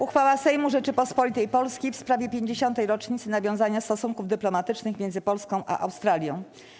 Uchwała Sejmu Rzeczypospolitej Polskiej w sprawie 50. rocznicy nawiązania stosunków dyplomatycznych między Polską a Australią.